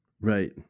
Right